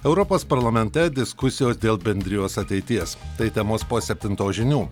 europos parlamente diskusijos dėl bendrijos ateities tai temos po septintos žinių